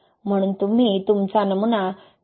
म्हणून तुम्ही तुमचा नमुना २४ तासांनंतर कास्ट करा